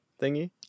thingy